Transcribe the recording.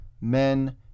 men